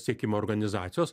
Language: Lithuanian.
siekimo organizacijos